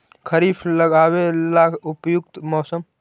खरिफ लगाबे ला उपयुकत मौसम?